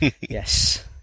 Yes